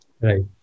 Right